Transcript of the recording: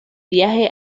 viaje